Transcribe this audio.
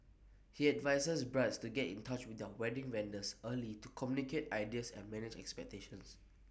he advises brides to get in touch with their wedding vendors early to communicate ideas and manage expectations